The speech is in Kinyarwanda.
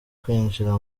kwinjira